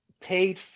paid